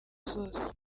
zose